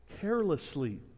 Carelessly